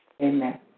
Amen